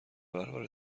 برابر